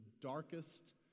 darkest